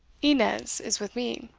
innes is with me!